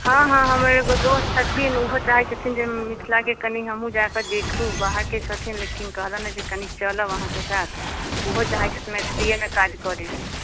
हँ हँ हमर एगो दोस्त छथिन ओहो चाहैत छथिन जे मिथलाके कनि हमहूँ जा कऽ देखू बाहरके छथिन लेकिन कहलनि हँ जे कनि चलब अहाँकेँ साथ ओहो चाहैत छथिन मैथलीयेमे काज करेके